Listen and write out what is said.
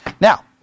Now